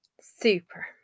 Super